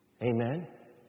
Amen